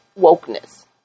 wokeness